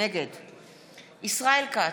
נגד ישראל כץ,